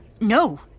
No